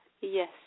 Yes